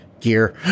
gear